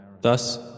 Thus